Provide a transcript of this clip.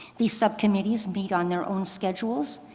these subcommittees meet on their own schedules,